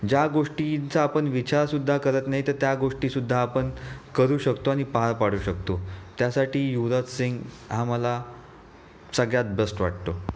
ज्या गोष्टींचा आपण विचारसुद्धा करत नाही तर त्या गोष्टीसुद्धा आपण करू शकतो आणि पार पाडू शकतो त्यासाठी युवराज सिंग हा मला सगळ्यात बेस्ट वाटतो